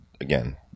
again